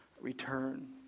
return